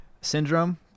syndrome